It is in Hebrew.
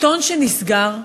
עיתון שנסגר,